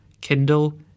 Kindle